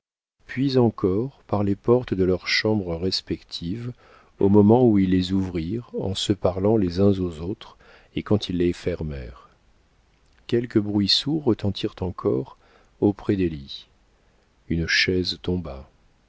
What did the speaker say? puis encore par les portes de leurs chambres respectives au moment où ils les ouvrirent en se parlant les uns aux autres et quand ils les fermèrent quelques bruits sourds retentirent encore auprès des lits une chaise tomba